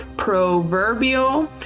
Proverbial